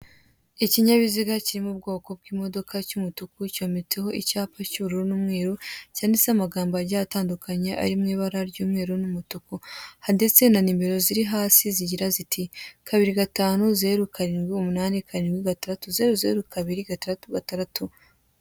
Ibinyabiziga kiri mu bwoko bw'imodoka cy'umutuku cyometseho icyapa cy'ubururu n'umweru, cyanditseho amagambo agiye atandukanye ari mu ibara ry'umweru n'umutuku ndetse na nimero ziri hasi zigira ziti: kabiri gatanu, zeru karindwi umunani, karindwi gataratu, zeru zeru kabiri gataratu gataratu.